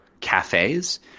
cafes